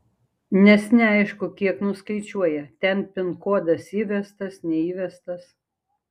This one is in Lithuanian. nes neaišku kiek nuskaičiuoja ten pin kodas įvestas neįvestas